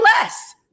less